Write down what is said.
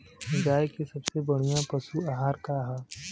गाय के सबसे बढ़िया पशु आहार का ह?